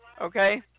okay